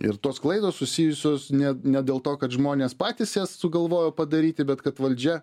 ir tos klaidos susijusios ne ne dėl to kad žmonės patys jas sugalvojo padaryti bet kad valdžia